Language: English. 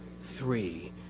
Three